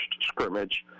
scrimmage